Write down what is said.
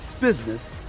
business